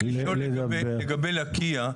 רק לשאול לגבי לקיה.